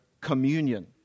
communion